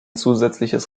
zusätzliches